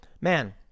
man